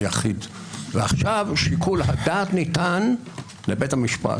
אנחנו לא נשלול את שיקול הדעת מבית המשפט.